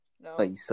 no